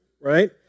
right